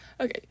Okay